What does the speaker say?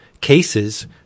cases